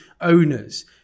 owners